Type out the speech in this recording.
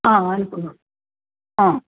ஆ அனுப்புங்க ஆ